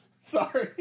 Sorry